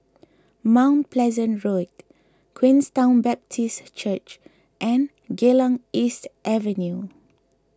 Mount Pleasant Road Queenstown Baptist Church and Geylang East Avenue